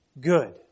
good